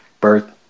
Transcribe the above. birth